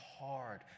hard